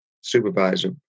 supervisor